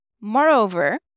Moreover